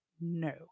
no